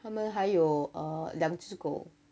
他们还有 err 两只狗